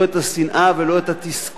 לא את השנאה ולא את התסכול,